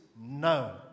no